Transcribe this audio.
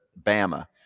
bama